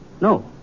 No